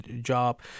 job